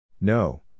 No